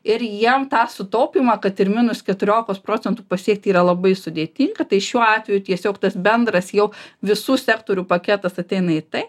ir jiem tą sutaupymą kad ir minus keturiolikos procentų pasiekti yra labai sudėtinga tai šiuo atveju tiesiog tas bendras jau visų sektorių paketas ateina į tai